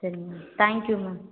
சரிங்க ma'am thank you ma'am